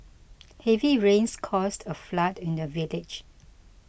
heavy rains caused a flood in the village